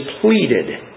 pleaded